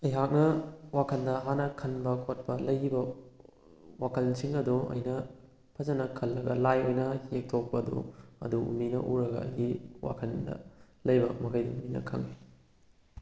ꯑꯩꯍꯥꯛꯅ ꯋꯥꯈꯜꯅ ꯍꯥꯟꯅ ꯈꯟꯕ ꯈꯣꯠꯄ ꯂꯩꯈꯤꯕ ꯋꯥꯈꯜꯁꯤꯡ ꯑꯗꯣ ꯑꯩꯅ ꯐꯖꯅ ꯈꯜꯂꯒ ꯂꯥꯏ ꯑꯣꯏꯅ ꯌꯦꯛꯊꯣꯛꯄꯗꯨ ꯑꯗꯨ ꯃꯤꯅ ꯎꯔꯒ ꯑꯩꯒꯤ ꯋꯥꯈꯟꯗ ꯂꯩꯕ ꯃꯈꯩ ꯃꯤꯅ ꯈꯪꯏ